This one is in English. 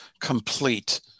complete